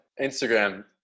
Instagram